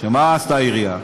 מה עשתה העירייה?